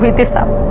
this ah